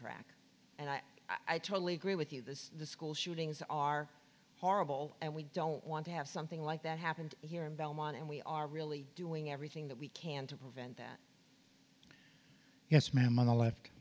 track and i totally agree with you the school shootings are horrible and we don't want to have something like that happened here in belmont and we are really doing everything that we can to prevent that yes ma'am